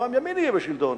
פעם ימין יהיה בשלטון.